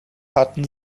hatten